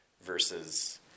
versus